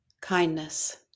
kindness